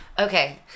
Okay